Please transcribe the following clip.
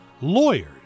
Lawyers